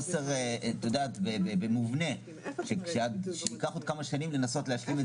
בגלל שאין עדיין מדד,